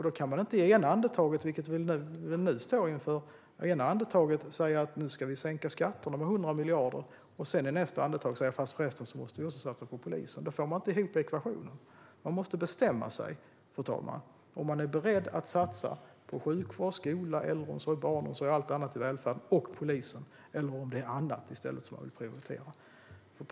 Då kan man inte i ena andetaget säga att man ska sänka skatten med 100 miljarder och i nästa andetag säga att vi måste satsa på polisen också. Den ekvationen går inte ihop. Man måste bestämma sig, fru talman, om man är beredd att satsa på sjukvård, skola, äldreomsorg, barnomsorg, allt annat i välfärden och polisen eller om det är annat som man i stället prioriterar.